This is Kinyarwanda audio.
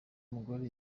mugore